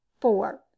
four